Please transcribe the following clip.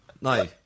No